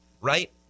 right